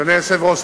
אדוני היושב-ראש,